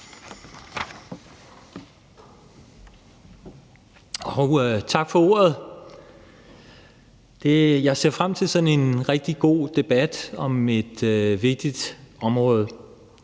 Tak for ordet. Jeg ser frem til sådan en rigtig god debat om et vigtigt område.